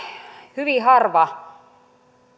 hyvin harva